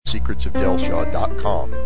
secretsofdelshaw.com